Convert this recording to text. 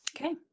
Okay